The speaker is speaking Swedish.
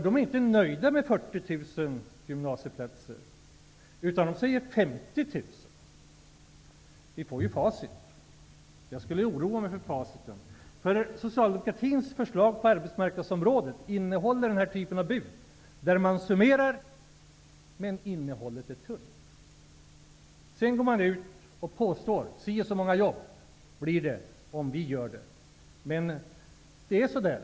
De är inte nöjda med 40 000 gymnasieplatser, utan de säger 50 000. Vi får ju facit. I Socialdemokraternas ställe skulle jag oroa mig för facit, för deras förslag på arbetsmarknadsområdet innehåller den här typen av bud, där man summerar men där innehållet är tunt. Sedan går de ut och påstår att si och så många jobb blir det, om Socialdemokraterna får råda. Det är så där.